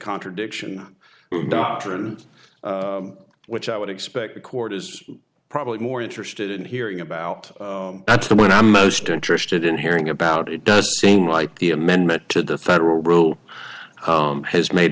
contradiction doctrine which i would expect the court is probably more interested in hearing about that's the one i'm most interested in hearing about it does seem like the amendment to the federal rule has made